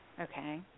Okay